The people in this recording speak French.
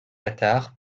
attard